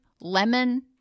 lemon